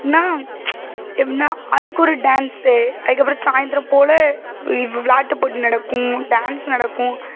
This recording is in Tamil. என்ன எப்பிடின்னா அதுக்கு ஒரு டான்ஸ் அதுக்கப்புறம் சாய்ந்திரம் போல் விளாயாட்டு போட்டி நடக்கும் டான்ஸ் நடக்கும்